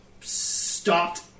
stopped